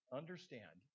understand